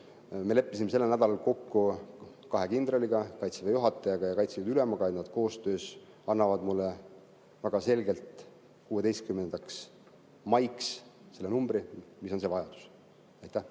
Me leppisime sellel nädalal kokku kahe kindraliga, Kaitseväe juhatajaga ja Kaitseliidu ülemaga, ja nad koostöös annavad mulle väga selgelt 16. maiks selle numbri, mis on see vajadus. Nüüd